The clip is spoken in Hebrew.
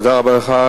תודה רבה לך.